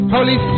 Holy